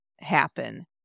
happen